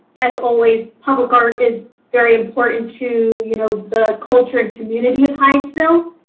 as always public art is very important to you know the culture and community of heightsville.